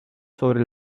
sobre